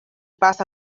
pass